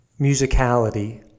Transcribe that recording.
Musicality